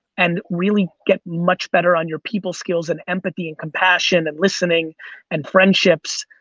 and really get much better on your people skills and empathy and compassion and listening and friendships.